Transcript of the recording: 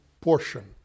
portion